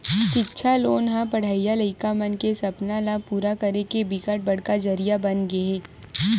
सिक्छा लोन ह पड़हइया लइका मन के सपना ल पूरा करे के बिकट बड़का जरिया बनगे हे